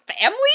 family